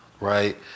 right